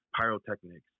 pyrotechnics